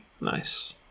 Nice